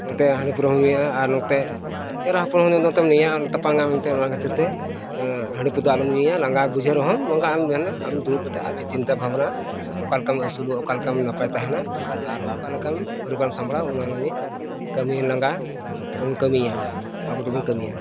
ᱱᱚᱛᱮ ᱦᱟᱺᱰᱤᱼᱯᱟᱹᱣᱨᱟᱹ ᱦᱚᱢ ᱧᱩᱭᱟ ᱟᱨ ᱱᱚᱛᱮ ᱮᱨᱟ ᱦᱚᱯᱚᱱ ᱦᱚᱸ ᱱᱚᱛᱮᱢ ᱱᱮᱭᱟᱜᱼᱟ ᱛᱟᱯᱟᱢᱟᱢ ᱱᱚᱛᱮ ᱚᱱᱟ ᱠᱷᱟᱹᱛᱤᱨᱛᱮ ᱦᱟᱺᱰᱤ ᱠᱚᱫᱚ ᱟᱞᱚᱢ ᱧᱩᱭᱟ ᱞᱟᱸᱜᱟ ᱵᱩᱡᱷᱟᱹᱣ ᱨᱮᱦᱚᱢ ᱞᱟᱸᱜᱟ ᱟᱢ ᱡᱮ ᱦᱤᱞᱳᱜ ᱟᱢ ᱫᱩᱲᱩᱵ ᱠᱟᱛᱮᱫ ᱪᱤᱱᱛᱟᱹᱼᱵᱷᱟᱵᱽᱱᱟ ᱚᱠᱟ ᱞᱮᱠᱟᱢ ᱟᱹᱥᱩᱞᱚᱜᱼᱟ ᱚᱠᱟ ᱞᱮᱠᱟ ᱟᱢ ᱱᱟᱯᱟᱭ ᱛᱟᱦᱮᱱᱟ ᱟᱨ ᱚᱠᱟ ᱞᱮᱠᱟ ᱟᱢ ᱯᱚᱨᱤᱵᱟᱨ ᱥᱟᱢᱲᱟᱣ ᱚᱱᱟ ᱞᱟᱹᱜᱤᱫ ᱠᱟᱹᱢᱤ ᱞᱟᱸᱜᱟ ᱮᱢ ᱠᱟᱹᱢᱤᱭᱟ ᱟᱵᱚ ᱫᱚᱵᱚᱱ ᱠᱟᱹᱢᱤᱭᱟ